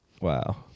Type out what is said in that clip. wow